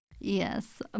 yes